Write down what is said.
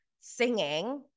singing